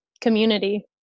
community